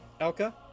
Elka